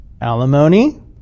alimony